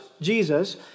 Jesus